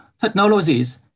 technologies